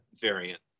variant